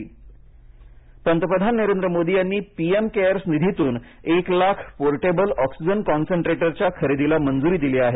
Modi oxygen पंतप्रधान नरेंद्र मोदी यांनी P M CARES निधीतून एक लाख पोर्टेबल ऑक्सिजन कॉन्सन्ट्रेटरच्या खरेदीला मंजुरी दिली आहे